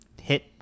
hit